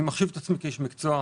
אני מחשיב את עצמי כאיש מקצוע,